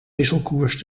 wisselkoers